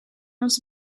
onze